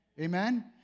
Amen